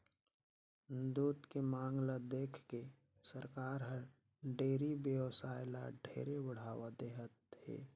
दूद के मांग ल देखके सरकार हर डेयरी बेवसाय ल ढेरे बढ़ावा देहत हे